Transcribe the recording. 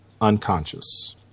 unconscious